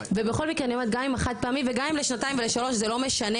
ובכל מקרה אני אומרת גם עם החד פעמי וגם עם לשנתיים לשלוש זה לא משנה,